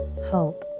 hope